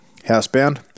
housebound